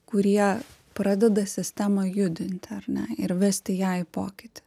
kurie pradeda sistemą judinti ar ne ir vesti ją į pokytį